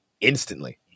instantly